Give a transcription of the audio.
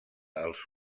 els